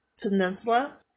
Peninsula